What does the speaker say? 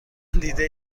دیده